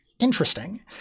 interesting